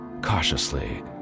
Cautiously